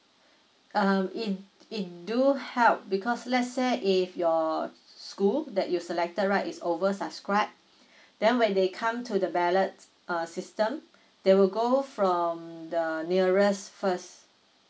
um it it do help because let's say if your school that you selected right is over subscribed then when they come to the ballot uh system they will go from the nearest first